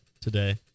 today